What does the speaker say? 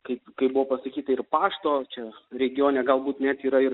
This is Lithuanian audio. kaip kaip buvo pasakyta ir pašto čia regione galbūt net yra ir